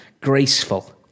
graceful